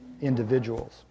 individuals